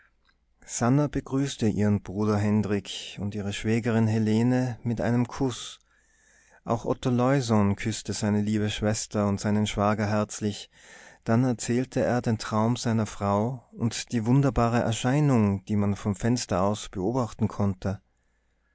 sannah begrüßte ihren bruder hendrik und ihre schwägerin helene mit einem kuß auch otto leusohn küßte seine liebe schwester und seinen schwager herzlich dann erzählte er den traum seiner frau und die wunderbare erscheinung die man vom fenster aus beobachten konnte